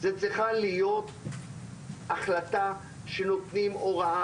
זאת צריכה להיות החלטה שנותנים הוראה